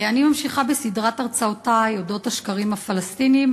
אני ממשיכה בסדרת הרצאותי אודות השקרים הפלסטיניים,